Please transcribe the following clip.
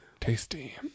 Tasty